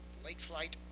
late flight.